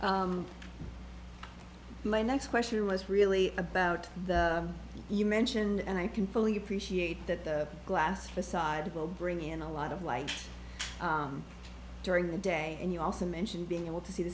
t my next question was really about the you mentioned and i can fully appreciate that the glass the side will bring in a lot of light during the day and you also mentioned being able to see the